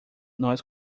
nós